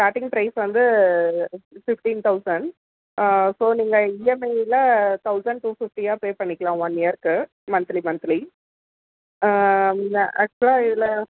starting price வந்து fifteen thousand so நீங்கள் இஎம்ஐயில் தௌசண்ட் டூ ஃபிஃப்டியா பே பண்ணிக்கலாம் ஒன் இயர்க்கு மந்த்லி மந்த்லி ந ஆக்சுவலாக இதில்